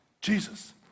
Jesus